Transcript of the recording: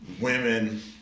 women